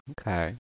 Okay